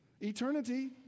Eternity